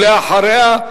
אחריה,